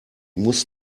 muss